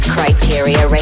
Criteria